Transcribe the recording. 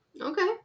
okay